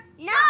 No